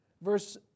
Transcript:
Verse